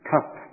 cup